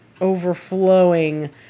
overflowing